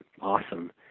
awesome